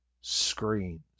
Screams